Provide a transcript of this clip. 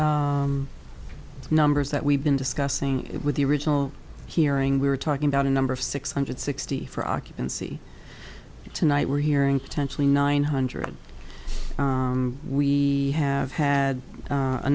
capacity numbers that we've been discussing it with the original hearing we were talking about a number of six hundred sixty for occupancy tonight we're hearing potentially nine hundred we have had